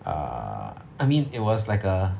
err I mean it was like a